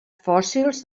fòssils